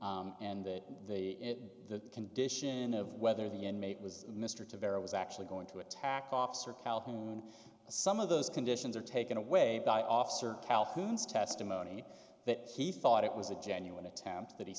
faking and that they the condition of whether the inmate was mr to vera was actually going to attack officer calhoun some of those conditions are taken away by officer calhoun's testimony that he thought it was a genuine attempt that he